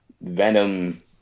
Venom